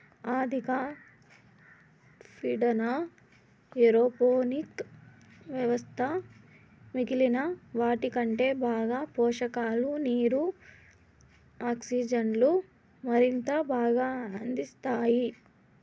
అధిక పీడన ఏరోపోనిక్ వ్యవస్థ మిగిలిన వాటికంటే బాగా పోషకాలు, నీరు, ఆక్సిజన్ను మరింత బాగా అందిస్తాయి